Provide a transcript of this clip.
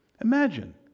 Imagine